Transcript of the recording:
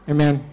Amen